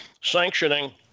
sanctioning